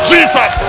Jesus